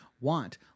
want